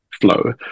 flow